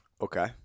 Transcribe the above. Okay